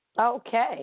Okay